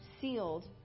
sealed